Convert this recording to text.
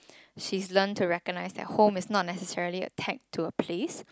she's learn to recognize that home is not necessarily a tag to a place